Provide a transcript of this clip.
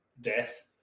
death